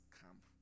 camp